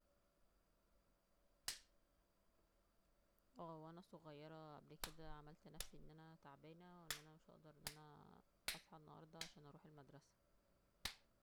اه وانا صغيرة قبل كده عملت نفسي أن أنا تعبانه وان أنا مش هقدر أن أنا اصحى النهاردة عشان اروح المدرسة